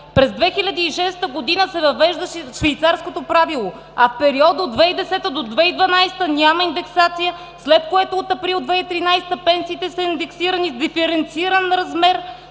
През 2006 г. се въвеждаше Швейцарското правило, а в периода от 2010 до 2012 г. няма индексация, след което от април 2013 г. пенсиите са индексирани в диференциран размер